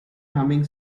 humming